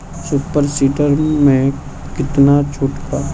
Super seeder मै कितना छुट बा?